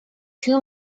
two